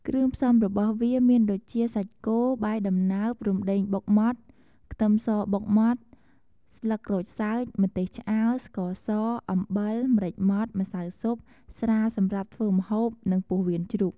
គ្រឿងផ្សំរបស់វាមានដូចជា សាច់គោ បាយដំណើប រំដេងបុកម៉ដ្ឋ ខ្ទឹមសបុកម៉ដ្ឋ ស្លឹកក្រូចសើច ម្ទេសឆ្អើរ ស្ករស អំបិល ម្រេចម៉ដ្ឋ ម្សៅស៊ុប ស្រាសម្រាប់ធ្វើម្ហូប និង ពោះវៀនជ្រូក។